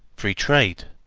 free trade,